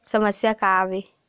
समस्या का आवे?